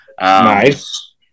Nice